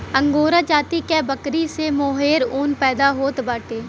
angora जाति क बकरी से मोहेर ऊन पैदा होत बाटे